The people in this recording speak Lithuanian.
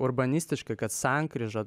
urbanistiškai kad sankryža